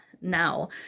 now